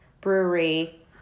Brewery